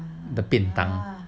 the 便当